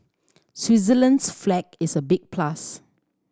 Switzerland's flag is a big plus